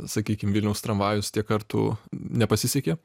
sakykim vilniaus tramvajus tiek kartų nepasisekė